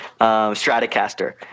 Stratocaster